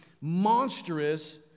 monstrous